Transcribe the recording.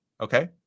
Okay